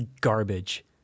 garbage